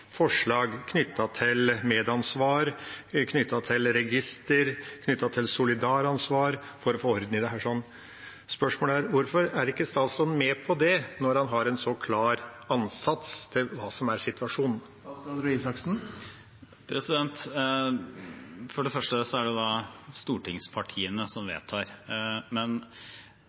forslag knyttet til medansvar, knyttet til register og knyttet til solidaransvar for å få orden i dette. Spørsmålet er: Hvorfor er ikke statsråden med på det, når han har en så klar ansats til hva som er situasjonen? For det første er det stortingspartiene som vedtar. Det er jo sånn – og sånn er det uansett hvilken regjering som